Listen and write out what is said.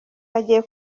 hagiye